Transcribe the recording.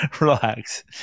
relax